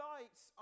Lights